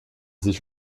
sich